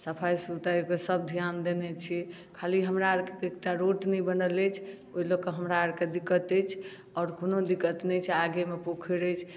सफाइ सुथरापर सब ध्यान देने छी खाली हमराअर के एकटा रोड नहि बनल अछि ओइ लए कऽ हमराअरके दिक्कत अछि आओर कोनो दिक्कत नहि छै आगेमे पोखरि अछि